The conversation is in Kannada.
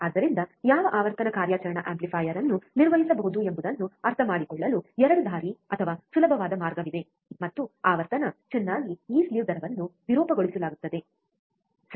ಆದ್ದರಿಂದ ಯಾವ ಆವರ್ತನ ಕಾರ್ಯಾಚರಣಾ ಆಂಪ್ಲಿಫೈಯರ್ ಅನ್ನು ನಿರ್ವಹಿಸಬಹುದು ಎಂಬುದನ್ನು ಅರ್ಥಮಾಡಿಕೊಳ್ಳಲು 2 ದಾರಿ ಅಥವಾ ಸುಲಭವಾದ ಮಾರ್ಗವಿದೆ ಮತ್ತು ಆವರ್ತನ ಚೆನ್ನಾಗಿ ಈ ಸ್ಲೀವ್ ದರವನ್ನು ವಿರೂಪಗೊಳಿಸಲಾಗುತ್ತದೆ ಸರಿ